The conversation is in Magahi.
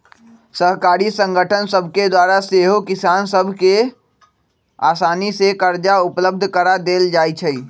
सहकारी संगठन सभके द्वारा सेहो किसान सभ के असानी से करजा उपलब्ध करा देल जाइ छइ